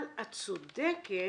אבל את צודקת